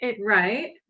right